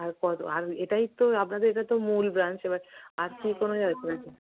আর কতো আর এটাই তো আপনাদের এটা তো মূল ব্রাঞ্চ এবার আর কি কোনো জায়গা করেছেন